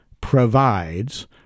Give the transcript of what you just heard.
provides